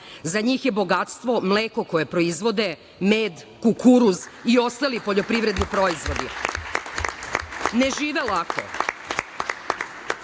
za njih je bogatstvo mleko koje proizvode, med, kukuruz i ostali poljoprivredni proizvodi. Ne žive lako,